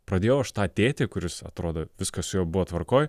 pradėjau aš tą tėtį kuris atrodo viskas su juo buvo tvarkoj